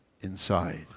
inside